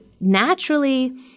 naturally